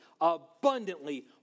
abundantly